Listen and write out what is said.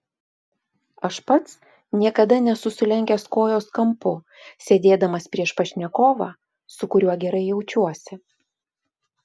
aš pats niekada nesu sulenkęs kojos kampu sėdėdamas prieš pašnekovą su kuriuo gerai jaučiuosi